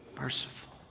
merciful